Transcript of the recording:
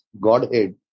Godhead